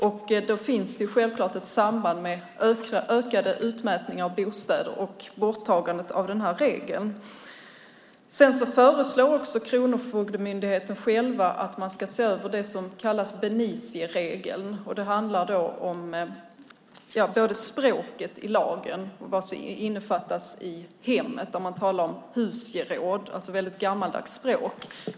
Därför finns det självklart ett samband mellan ett ökat antal utmätningar av bostäder och borttagandet av denna regel. Kronofogdemyndigheten föreslår också själv att man ska se över det som kallas beneficieregeln. Det handlar om både språket i lagen och vad som innefattas i hemmet om man talar om husgeråd. Det är alltså ett gammaldags språk.